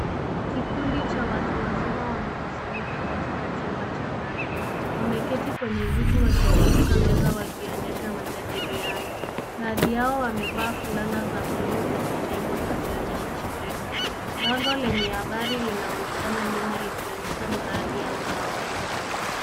Kikundi cha watu wazima wamekusanyika katika chumba cha ndani. Wameketi kwenye viti wakizunguka meza wakionyesha majadiliano. Baadhi yao wamevaa fulana za buluu zenye nembo zikionyesha shirika. Bango lenye habari linaonekana nyuma likionyesha mradi au kampeni.